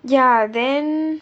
ya then